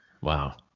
wow